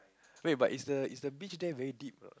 wait but is the is the beach there very deep or not